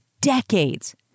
decades